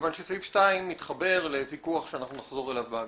מכיוון שהסעיף מתחבר לוויכוח שאנחנו נחזור אליו בהגדרות.